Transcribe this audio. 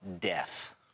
death